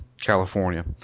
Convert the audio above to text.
California